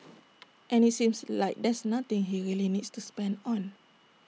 and IT seems like there's nothing he really needs to spend on